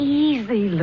easy